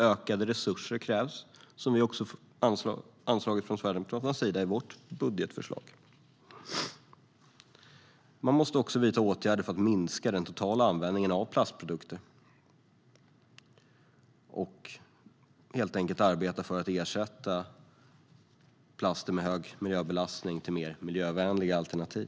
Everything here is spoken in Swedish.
Ökade resurser krävs, vilket vi sverigedemokrater har anslagit i vårt budgetförslag. Man måste också vidta åtgärder för att minska den totala användningen av plastprodukter och helt enkelt arbeta för att ersätta plaster med hög miljöbelastning med mer miljövänliga alternativ.